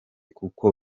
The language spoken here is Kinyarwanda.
kuko